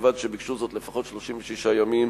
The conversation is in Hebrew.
ובלבד שביקשו זאת לפחות 36 שעות